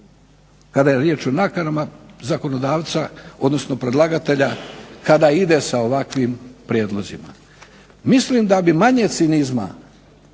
kada je riječ o nakanama zakonodavca odnosno predlagatelja kada ide sa ovakvim prijedlozima. Mislim da bi manje cinizma